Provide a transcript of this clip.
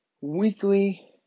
weekly